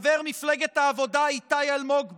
חבר מפלגת העבודה איתי אלמוג בר,